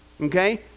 okay